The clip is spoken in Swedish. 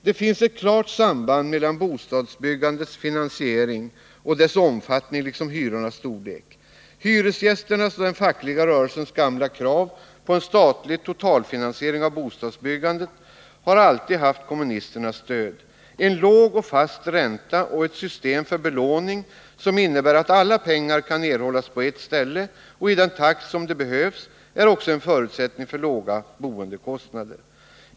Det finns ett klart samband mellan bostadsbyggandets finansiering och dels dess omfattning, dels hyrornas storlek. Hyresgästerna och den fackliga rörelsens gamla krav på en statlig totalfinansiering av bostadsbyggandet har alltid haft kommunisternas stöd. En låg och fast ränta och ett system för belåning som innebär att alla pengar kan erhållas på ett ställe och i den takt som de behövs är också en förutsättning för låga boendekostnader.